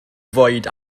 fwyd